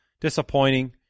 Disappointing